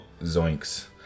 Zoinks